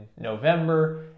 November